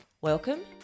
Welcome